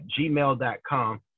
gmail.com